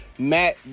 Matt